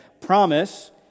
promise